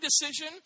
decision